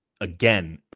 again